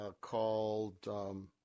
called